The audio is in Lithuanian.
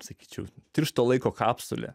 sakyčiau tiršto laiko kapsulė